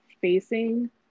facing